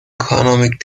economic